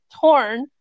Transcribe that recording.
torn